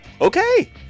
okay